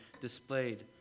displayed